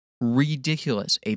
Ridiculous